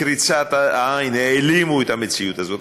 העלימו בקריצת עין את המציאות הזאת,